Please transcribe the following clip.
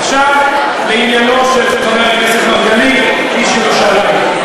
עכשיו לעניינו של חבר הכנסת מרגלית, איש ירושלים.